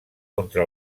contra